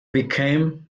became